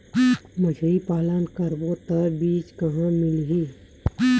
मछरी पालन करबो त बीज कहां मिलही?